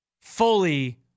fully